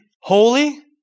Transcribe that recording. holy